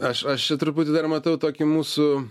aš aš čia truputį dar matau tokį mūsų